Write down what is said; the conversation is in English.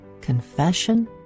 confession